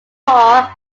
raw